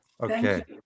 Okay